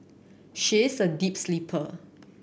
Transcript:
she is a deep sleeper